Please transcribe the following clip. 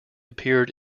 appeared